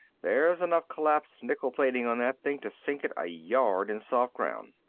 there's enough collapsed nickel-plating on that thing to sink it a yard in soft ground.